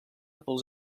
pels